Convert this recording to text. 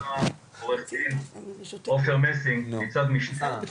עו"ד עופר מסינג, ניצב משנה,